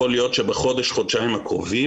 יכול להיות שבחודש-חודשיים הקרובים.